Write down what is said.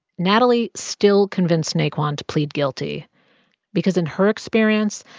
natalie still convinced naquan to plead guilty because in her experience,